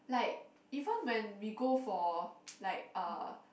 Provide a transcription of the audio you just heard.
like even when we go for like uh